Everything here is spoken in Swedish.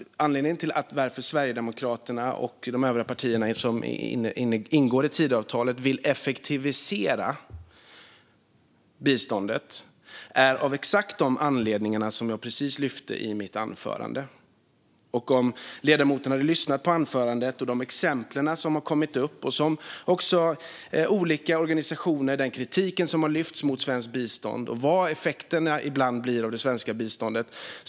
Anledningen till att Sverigedemokraterna och de övriga partierna som ingått Tidöavtalet vill effektivisera biståndet är av exakt de anledningarna som jag precis lyfte fram i mitt anförande. Ledamoten kunde lyssna på anförandet och de exempel som har kommit upp från olika organisationer och den kritik som har lyfts fram mot svenskt bistånd och vad effekterna ibland blir av det svenska biståndet.